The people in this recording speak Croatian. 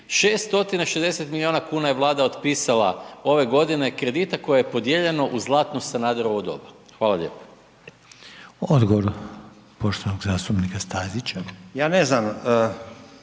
60 milijuna kuna je Vlada otpisala ove godine kredita koje je podijeljeno u zlatno Sanaderovo doba. Hvala lijepa. **Reiner, Željko (HDZ)** Odgovor poštovanog zastupnika Stazića. **Stazić,